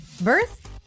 Birth